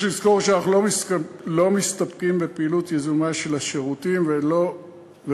יש לזכור שאנחנו לא מסתפקים בפעילות יזומה של השירותים וכי